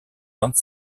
vingt